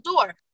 door